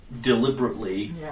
deliberately